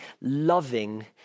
loving